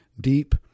Deep